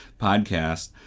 podcast